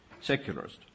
secularist